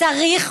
צריך